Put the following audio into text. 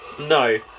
No